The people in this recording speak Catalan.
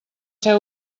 ser